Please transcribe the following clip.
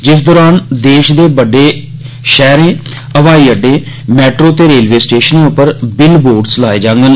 जिस दौरान देश दे बड्डे शैह्रें हवाई अड्डे मैट्रो ते रेलवे स्टेशनें पर बिल बोर्ड लाए जांडन